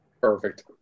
Perfect